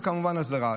וכמובן, אסדרה.